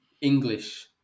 English